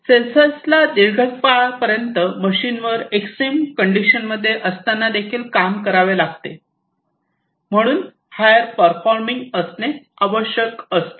सेन्सर्सला दीर्घकाळापर्यंत मशीनवर extreme condition मध्ये असतांना देखील काम करावे लागते म्हणून हायर परफॉर्मिंग असणे आवश्यक असते